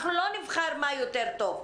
אנחנו לא נבחר מה יותר טוב,